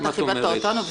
אתה כיבדת אותנו.